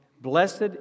Blessed